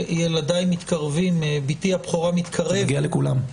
ביתי הבכורה מתקרבת --- זה מגיע לכולם.